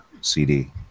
CD